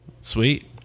sweet